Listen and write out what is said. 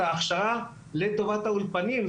אנחנו צריכים לתת להם את ההכשרה לטובת האולפנים.